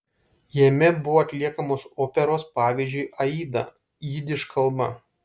jame buvo atliekamos operos pavyzdžiui aida jidiš kalba